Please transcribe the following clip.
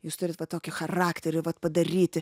jūs turit va tokį charakterį vat padaryti